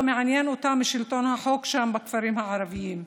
לא מעניין אותה משלטון החוק שם בכפרים הערביים,